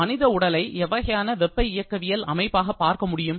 மனித உடலை எவ்வகையான வெப்ப இயக்கவியல் அமைப்பாக பார்க்க முடியும்